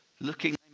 looking